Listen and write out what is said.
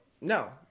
No